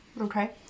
Okay